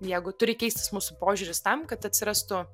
jeigu turi keistis mūsų požiūris tam kad atsirastų